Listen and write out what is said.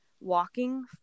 walking